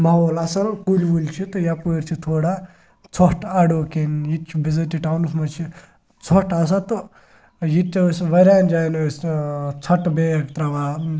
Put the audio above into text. ماحول اَصٕل کُلۍ وُلۍ چھِ تہٕ یَپٲرۍ چھِ تھوڑا ژھۄٹھ اَڈو کِنۍ ییٚتہِ چھِ بِزٲتی ٹاونَس منٛز چھِ ژھۄٹھ آسان تہٕ ییٚتہِ ٲسۍ واریاہَن جایَن ٲسۍ ژھۄٹھ بیگ ترٛاوان